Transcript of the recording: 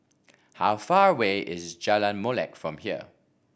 how far away is Jalan Molek from here